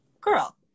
girl